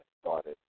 started